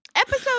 Episode